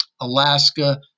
Alaska